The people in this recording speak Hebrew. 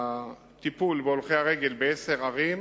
הטיפול בהולכי-הרגל בעשר הערים